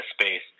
space